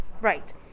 Right